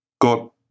got